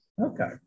Okay